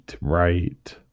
right